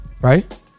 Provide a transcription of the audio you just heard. right